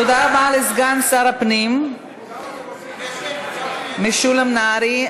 תודה רבה לסגן שר הפנים משולם נהרי.